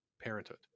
parenthood